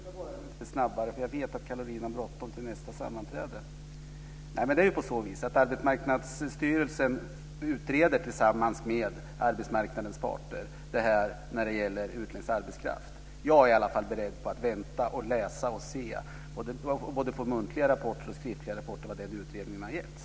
Fru talman! Det var exakt två minuter. Det var träffsäkert av Caroline. Jag ska försöka vara lite snabbare, för jag vet att Caroline har bråttom till nästa sammanträde. Arbetsmarknadsstyrelsen utreder tillsammans med arbetsmarknadens parter frågan om utländsk arbetskraft. Jag är i alla fall beredd att vänta, läsa och se. Jag är beredd att vänta på både muntliga och skriftliga rapporter om vad den utredningen har gett.